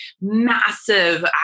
massive